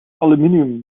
aluminium